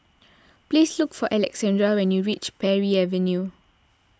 please look for Alexandra when you reach Parry Avenue